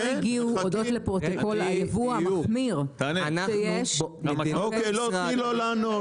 לא הגיעו הודות לפרוטוקול היבוא המחמיר שיש -- תני לו לענות,